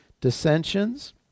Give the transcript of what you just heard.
dissensions